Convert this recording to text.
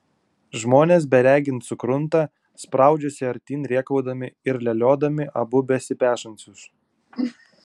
žmonės beregint sukrunta spraudžiasi artyn rėkaudami ir leliodami abu besipešančius